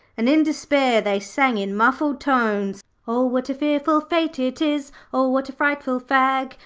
and in despair they sang in muffled tones o what a fearful fate it is, o what a frightful fag,